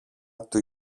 του